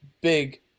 big